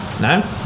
no